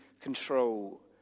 control